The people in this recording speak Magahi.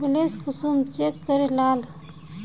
बैलेंस कुंसम चेक करे लाल?